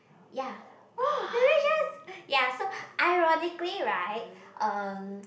ya oh delicious ya so ironically right um